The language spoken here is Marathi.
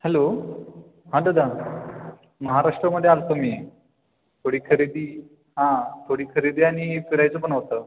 हॅलो हांं दादा महाराष्ट्रामध्ये आलो होतो मी थोडी खरेदी हां थोडी खरेदी आणि फिरायचं पण होतं